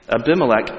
Abimelech